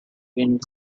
wind